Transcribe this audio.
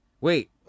Wait